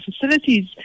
facilities